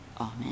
Amen